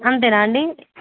అంతేనా అండి